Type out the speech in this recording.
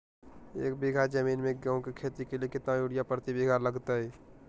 एक बिघा जमीन में गेहूं के खेती के लिए कितना यूरिया प्रति बीघा लगतय?